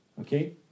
Okay